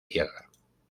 tierra